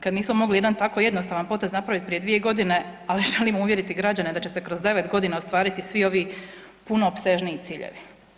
Kad nismo mogli jedan tako jednostavan potez napraviti prije dvije godine, a želimo uvjeriti građane da će se kroz 9 godina ostvariti svi ovi puno opsežniji ciljevi.